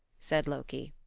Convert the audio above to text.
said loki.